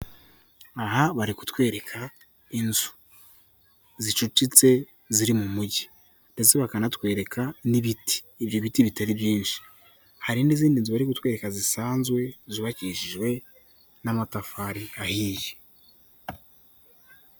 Aha bari kutwereka inzu zicucetse ziri mu mujyi ndetse bakanatwereka n'ibiti, ibyo biti bitari byinshi, hari n'izindi nzu bari kutwereka zisanzwe zubakishijwe n'amatafari ahiye.